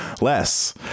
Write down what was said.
less